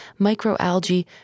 microalgae